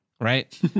Right